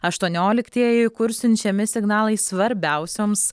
aštuonioliktieji kur siunčiami signalai svarbiausioms